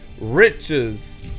riches